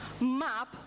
Map